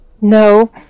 no